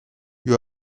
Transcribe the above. you